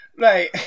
Right